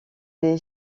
des